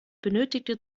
benötigte